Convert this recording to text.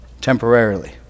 temporarily